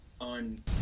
on